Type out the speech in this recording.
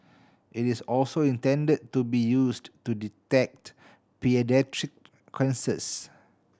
it is also intended to be used to detect paediatric cancers